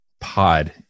pod